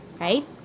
Right